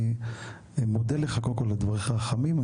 אני מודה לך קודם כל על דבריך החמים.